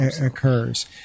occurs